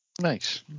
Nice